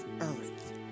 earth